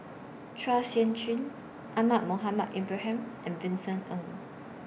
Chua Sian Chin Ahmad Mohamed Ibrahim and Vincent Ng